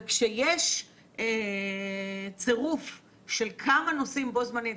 וכאשר יש צירוף של כמה נושאים בו זמנית,